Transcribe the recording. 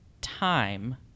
time